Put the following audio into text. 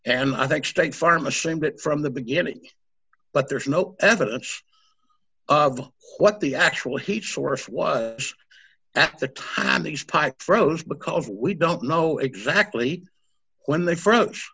and i think state farm ashamed it from the beginning but there's no evidence of what the actual heat source was at the time these pipes froze because we don't know exactly when they fr